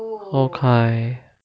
okay